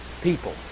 people